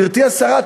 גברתי השרה,